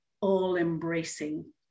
all-embracing